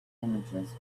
images